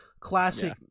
Classic